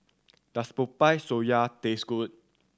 does Popiah Sayur taste good